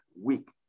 week